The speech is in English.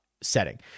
setting